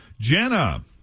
Jenna